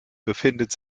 befindet